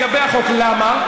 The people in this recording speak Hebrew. לגבי החוק, למה?